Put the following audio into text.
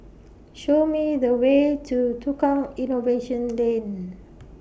Show Me The Way to Tukang Innovation Lane